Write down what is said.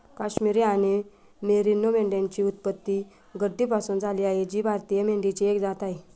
काश्मिरी आणि मेरिनो मेंढ्यांची उत्पत्ती गड्डीपासून झाली आहे जी भारतीय मेंढीची एक जात आहे